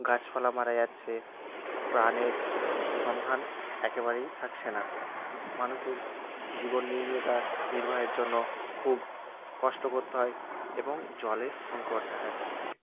গাছপালা মারা যাচ্ছে প্রাণের সন্ধান একেবারেই থাকছে না মানুষের জীবন নির্বাহের জন্য খুব কষ্ট করতে হয় এবং জলের সংকট দেখা দিচ্ছে